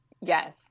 Yes